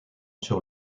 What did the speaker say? sur